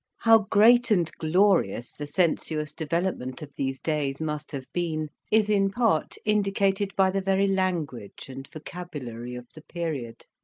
how great and glorious the sensuous development of these days must have been is in part indicated by the very language and vocabulary of the period.